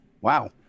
Wow